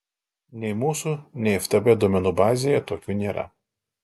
nei mūsų nei ftb duomenų bazėje tokių nėra